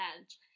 edge